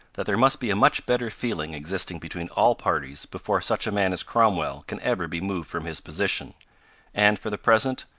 that there must be a much better feeling existing between all parties before such a man as cromwell can ever be moved from his position and, for the present,